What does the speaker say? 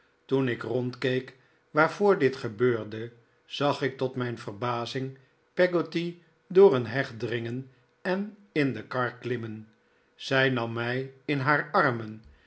toen ik rondkeek waarvoor dit gebeurde zag ik tot mijn verbazing peggotty door een heg dringen en in de kar klimmen zij nam mij in haar armen